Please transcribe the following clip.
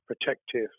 protective